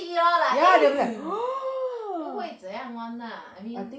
si lor lah eh 不会怎样 [one] ah I mean